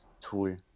tool